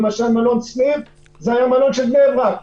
למשל מלון שניר היה מלון של בני ברק,